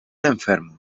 enfermo